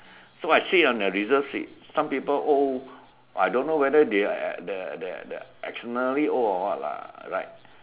so I sit on the reserve seat some people old I don't know whether they are the the the exceptionally old or what lah like